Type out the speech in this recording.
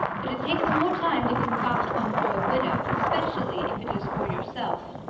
but it takes more time to concoct one for a widow, especially if it is for yourself.